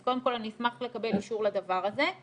אז קודם כל אני אשמח לקבל אישור לדבר הזה,